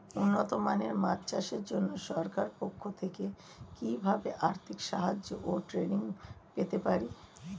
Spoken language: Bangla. উন্নত মানের মাছ চাষের জন্য সরকার পক্ষ থেকে কিভাবে আর্থিক সাহায্য ও ট্রেনিং পেতে পারি?